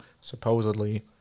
supposedly